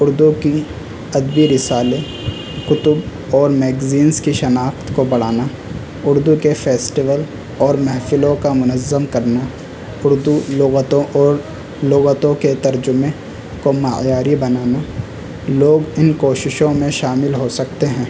اردو کی ادبی رسالے کتب اور میگزینس کی شناخت کو بڑھانا اردو کے فیسٹیول اور محفلوں کا منظم کرنا اردو لغتوں اور لغتوں کے ترجمے کو معیاری بنانا لوگ ان کوششوں میں شامل ہو سکتے ہیں